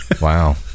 Wow